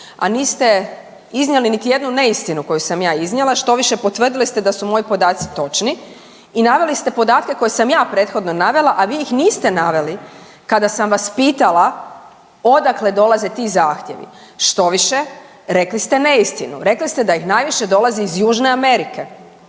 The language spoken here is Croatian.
a niste iznijeli niti jednu neistinu koju sam ja iznijela, štoviše potvrdili ste da su moji podaci točni, i naveli ste podatke koje sam ja prethodno navela a vi ih niste naveli kada sam vas pitala odakle dolaze ti zahtjevi, štoviše rekli ste neistinu, rekli ste da ih najviše dolazi iz Južne Amerike,